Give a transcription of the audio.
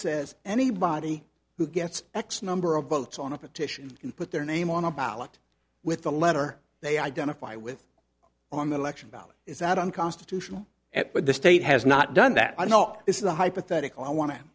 says anybody who gets x number of votes on a petition can put their name on a ballot with the letter they identify with on the election about is that unconstitutional at what the state has not done that i know is the hypothetical i wan